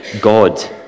God